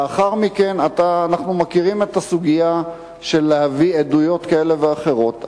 לאחר מכן אנחנו מכירים את הסוגיה של להביא עדויות כאלה ואחרות.